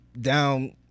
down